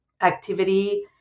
activity